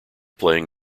playing